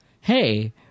hey